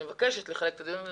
אני מבקשת לחלק את הדיון הזה,